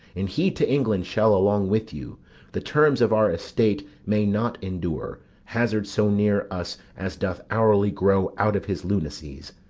and he to england shall along with you the terms of our estate may not endure hazard so near us as doth hourly grow out of his lunacies.